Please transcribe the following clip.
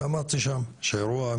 למדתי שם שהאירוע,